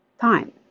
time